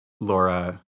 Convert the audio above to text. laura